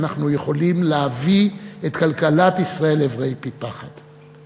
אנחנו יכולים להביא את כלכלת ישראל לעברי פי פחת.